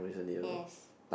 yes